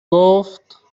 گفتمهم